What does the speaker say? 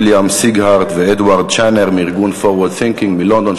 ויליאם סיגהארט ואדוארד צֶ'נֶר מארגון Forward Thinking מלונדון,